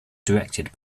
directed